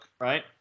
Right